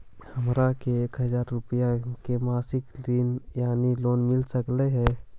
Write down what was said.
हमरा के एक हजार रुपया के मासिक ऋण यानी लोन मिल सकली हे?